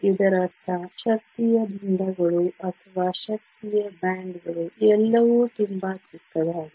ಇದರರ್ಥ ಶಕ್ತಿಯ ಬಂಧಗಳು ಅಥವಾ ಶಕ್ತಿಯ ಬ್ಯಾಂಡ್ ಗಳು ಎಲ್ಲವೂ ತುಂಬಾ ಚಿಕ್ಕದಾಗಿದೆ